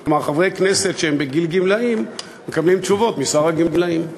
כלומר חברי כנסת שהם בגיל גמלאים מקבלים תשובות משר הגמלאים.